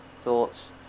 thoughts